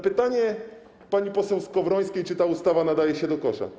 Pytanie pani poseł Skowrońskiej, czy ta ustawa nadaje się do kosza.